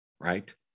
right